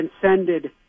transcended